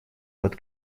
под